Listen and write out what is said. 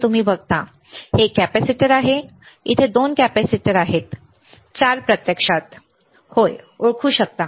तुम्ही बघता हे एक कॅपेसिटर मग इथे 2 कॅपेसिटर आहेत 4 प्रत्यक्षात 1 2 3 4 होय ओळखू शकतात ठीक आहे